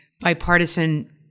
bipartisan